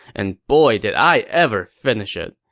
and boy did i ever finish it.